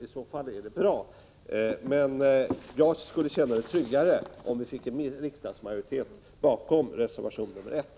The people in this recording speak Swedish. I så fall är det bra, men jag skulle känna mig tryggare om vi fick en riksdagsmajoritet bakom reservation nr 1.